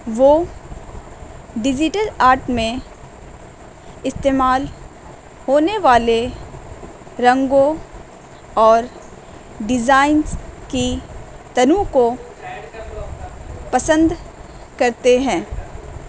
وہ digital art میں استعمال ہونے والے رنگوں اور ڈیزائنس کی تنوع کو پسند کرتے ہیں